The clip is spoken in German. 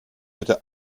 bitte